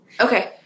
okay